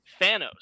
Thanos